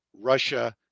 Russia